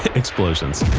explosions.